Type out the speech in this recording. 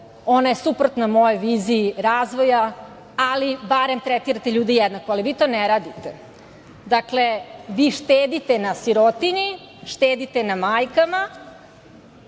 ona je suprotna mojoj viziji razvoja, ali barem tretirate ljude jednako. Ali, vi to ne radite. Vi štedite na sirotinji, štedite na majkama